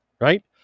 right